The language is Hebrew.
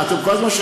אתם כל הזמן,